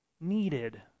needed